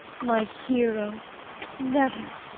my hero never,